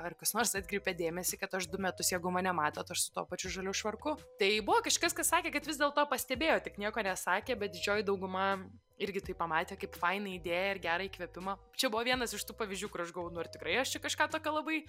ar kas nors atkreipė dėmesį kad aš du metus jeigu mane matot aš su tuo pačiu žaliu švarku tai buvo kažkas kas sakė kad vis dėlto pastebėjo tik nieko nesakė bet didžioji dauguma irgi tai pamatė kaip fainą idėją ir gera įkvėpimą čia buvo vienas iš tų pavyzdžių kur aš galvoj nu ar tikrai aš čia kažką tokio labai